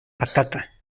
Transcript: patata